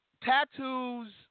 Tattoos